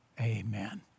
amen